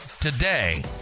today